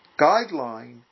guideline